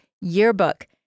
yearbook